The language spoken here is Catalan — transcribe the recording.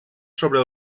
sobre